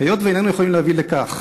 היות שאיננו יכולים להביא לכך